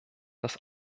dass